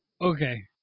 Okay